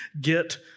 get